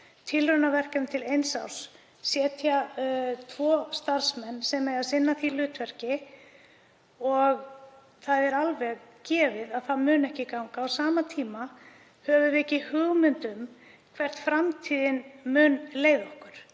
tilraunaverkefni til eins árs, setja tvo starfsmenn sem eiga að sinna því hlutverki og það er alveg gefið að það mun ekki ganga. Á sama tíma höfum við ekki hugmynd um hvert framtíðin mun leiða okkur.